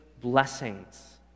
blessings